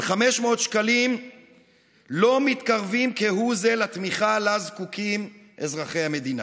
אבל 500 שקלים לא מתקרבים כהוא זה לתמיכה שלה זקוקים אזרחי המדינה.